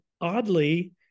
Oddly